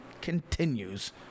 continues